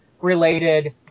related